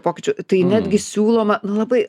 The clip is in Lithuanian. pokyčių tai netgi siūloma labai